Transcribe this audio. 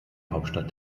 hauptstadt